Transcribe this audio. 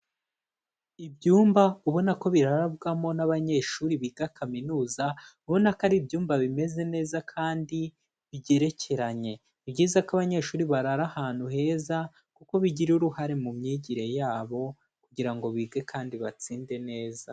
Ibyumba ubona ko birabwamo n'abanyeshuri biga kaminuza ubona ko ari ibyumba bimeze neza kandi bigerekeranye, ni byiza ko abanyeshuri barara ahantu heza kuko bigira uruhare mu myigire yabo kugira ngo bige kandi batsinde neza.